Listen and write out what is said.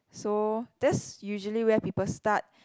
so that's usually where people start